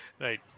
Right